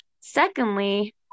secondly